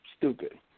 stupid